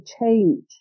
change